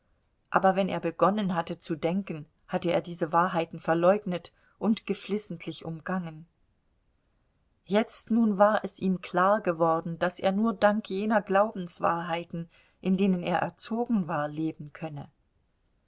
aber wenn er begonnen hatte zu denken hatte er diese wahrheiten verleugnet und geflissentlich umgangen jetzt nun war es ihm klargeworden daß er nur dank jener glaubenswahrheiten in denen er erzogen war leben könne